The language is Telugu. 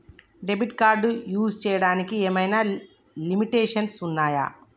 డెబిట్ కార్డ్ యూస్ చేయడానికి ఏమైనా లిమిటేషన్స్ ఉన్నాయా?